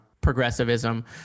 progressivism